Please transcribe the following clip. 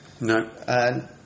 No